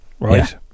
Right